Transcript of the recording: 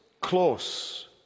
close